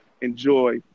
enjoy